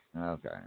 Okay